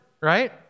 right